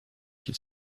qui